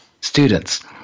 students